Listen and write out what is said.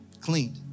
cleaned